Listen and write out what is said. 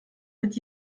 mit